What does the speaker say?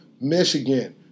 Michigan